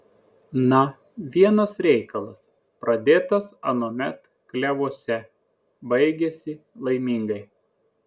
na vienas reikalas pradėtas anuomet klevuose baigiasi laimingai